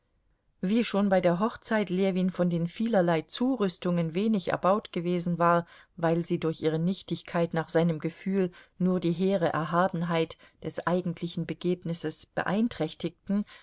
wie schon bei der hochzeit ljewin von den vielerlei zurüstungen wenig erbaut gewesen war weil sie durch ihre nichtigkeit nach seinem gefühl nur die hehre erhabenheit des eigentlichen begebnisses beeinträchtigten